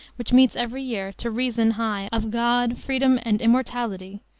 which meets every year, to reason high of god, freedom, and immortality,